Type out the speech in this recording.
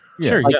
Sure